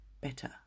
better